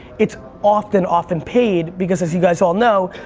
it's often, often paid because, as you guys all know,